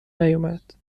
نیومد